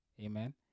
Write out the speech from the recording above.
Amen